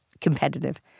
competitive